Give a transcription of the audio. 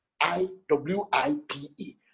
I-W-I-P-E